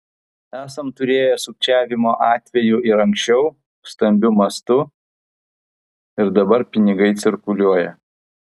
esam turėję sukčiavimo atvejų ir anksčiau stambiu mastu ir dabar pinigai cirkuliuoja